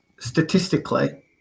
Statistically